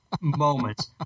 moments